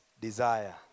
desire